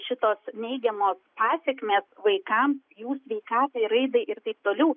šitos neigiamos pasekmės vaikams jų sveikatai raidai ir taip toliau